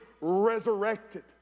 resurrected